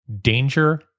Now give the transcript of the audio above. danger